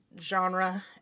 genre